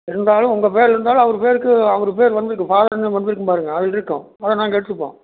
இருந்தாலும் உங்கள் பேர் இருந்தாலும் அவர் பேருக்கு அவர் பேர் வந்துருக்கும் ஃபாதர் நேம் வந்துருக்கும் பாருங்கள் அதில் இருக்கும் அதை நாங்கள் எடுத்துப்போம்